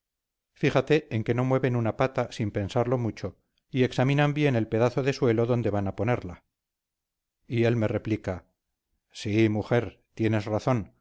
fíjate en que no mueven una pata sin pensarlo mucho y examinan bien el pedazo de suelo donde van a ponerla y él me replica sí mujer tienes razón